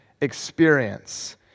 experience